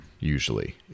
usually